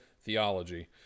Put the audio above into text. theology